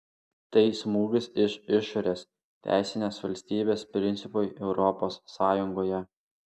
tai smūgis iš išorės teisinės valstybės principui europos sąjungoje